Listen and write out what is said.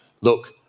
look